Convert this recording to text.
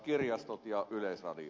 kirjastot ja yleisradio